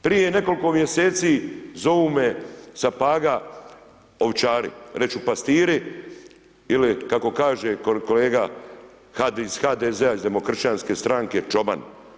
Prije nekoliko mjeseci zovu me sa Paga ovčari, reći ću pastiri, ili kako kaže kolega iz HDZ, iz demokršćanske stranke, čoban.